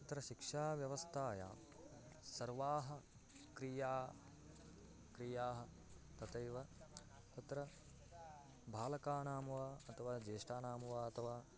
तत्र शिक्षाव्यवस्थायां सर्वाः क्रियाः क्रियाः तथैव तत्र बालकानां वा अथवा ज्येष्ठानां वा अथवा